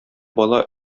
бала